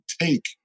take